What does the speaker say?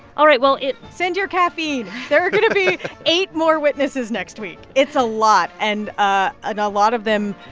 all right. well. send your caffeine there are going to be eight more witnesses next week. it's a lot. and ah a lot of them,